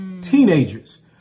Teenagers